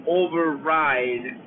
override